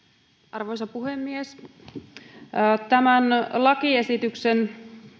arvoisa puhemies tämän lakiesityksen